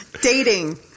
Dating